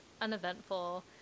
uneventful